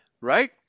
right